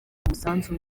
umusanzu